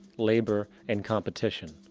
labor and competition.